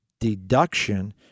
deduction